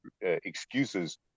excuses